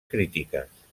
crítiques